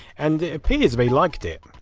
and it appears they liked it.